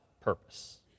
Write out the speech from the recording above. purpose